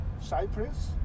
Cyprus